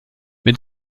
mit